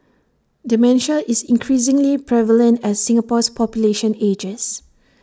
dementia is increasingly prevalent as Singapore's population ages